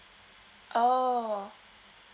oh